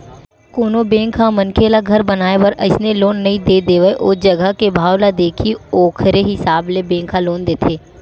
कोनो बेंक ह मनखे ल घर बनाए बर अइसने लोन नइ दे देवय ओ जघा के भाव ल देखही ओखरे हिसाब ले बेंक ह लोन देथे